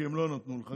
כי הם לא נתנו לך,